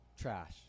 trash